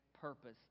purpose